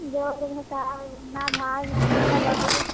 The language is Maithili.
जोड़ै लए आबै यऽ नाम आर ई सब आबै यऽ